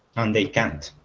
and they can't